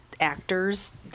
actors